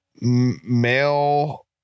Male